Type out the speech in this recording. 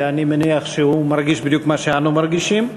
ואני מניח שהוא מרגיש בדיוק מה שאנו מרגישים.